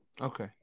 Okay